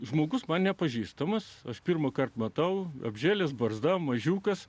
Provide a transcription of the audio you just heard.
žmogus man nepažįstamus aš pirmąkart matau apžėlęs barzda mažiukas